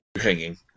hanging